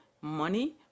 money